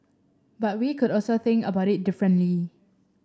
but we could also think about it differently